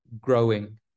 growing